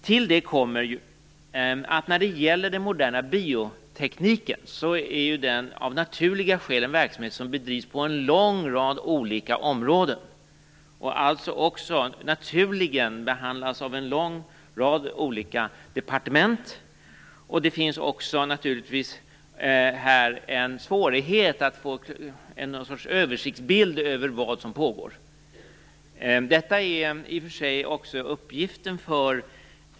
Till detta kommer att den moderna biotekniken av naturliga skäl är en verksamhet som bedrivs på en lång rad olika områden och alltså också naturligen behandlas av en lång rad olika departement. Det finns här naturligtvis också svårigheter när det gäller att få en översiktsbild av vad som pågår.